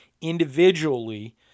individually